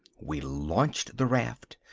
we launched the raft,